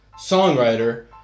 songwriter